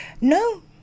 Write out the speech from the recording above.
No